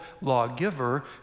lawgiver